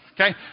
okay